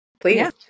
Please